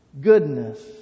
goodness